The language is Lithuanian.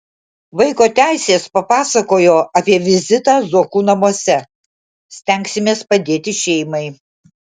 vaiko teisės papasakojo apie vizitą zuokų namuose stengsimės padėti šeimai